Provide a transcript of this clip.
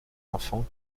enfants